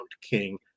king